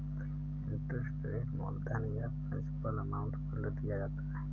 interest rate मूलधन या principal amount पर दिया जाता है